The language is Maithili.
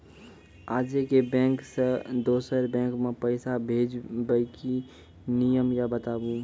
आजे के बैंक से दोसर बैंक मे पैसा भेज ब की नियम या बताबू?